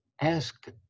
ask